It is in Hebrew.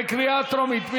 בקריאה טרומית.